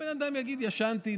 הבן אדם יגיד: ישנתי,